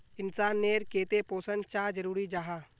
इंसान नेर केते पोषण चाँ जरूरी जाहा?